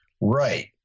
right